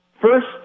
first